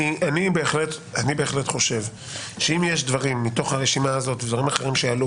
אני בהחלט חושב שאם יש דברים מתוך הרשימה הזאת ודברים אחרים שיעלו